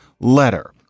letter